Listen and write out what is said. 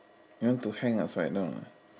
you want to hang upside down ah